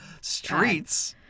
streets